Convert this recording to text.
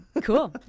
Cool